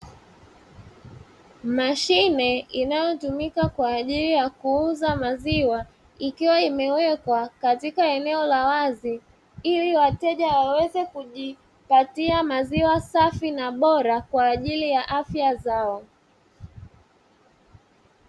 Mashine inayotumika kwa ajili ya kuuza maziwa, ikiwa imewekwa katika eneo la wazi ili wateja waweze kujipatia maziwa safi na bora kwa ajili ya afya zao.